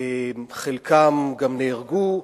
חלקם גם נהרגו,